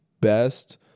best